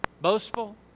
boastful